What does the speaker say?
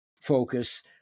focus